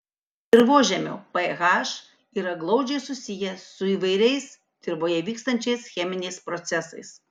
dirvožemio ph yra glaudžiai susijęs su įvairiais dirvoje vykstančiais cheminiais procesais